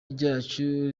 ryacu